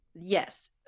Yes